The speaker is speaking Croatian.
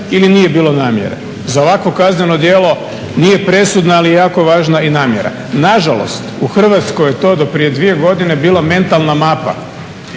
ili nije bilo namjere. Za ovakvo kazneno djelo nije presudna ali je jako važna i namjera. Nažalost, u Hrvatskoj je to do prije 2. godine bila mentalna mapa.